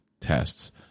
tests